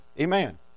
Amen